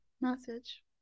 message